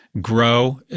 grow